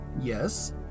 yes